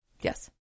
Yes